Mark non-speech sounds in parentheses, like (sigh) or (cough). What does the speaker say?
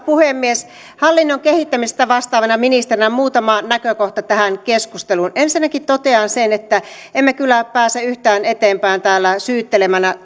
puhemies hallinnon kehittämisestä vastaavana ministerinä muutama näkökohta tähän keskusteluun ensinnäkin totean sen että emme kyllä pääse yhtään eteenpäin täällä syyttelemällä (unintelligible)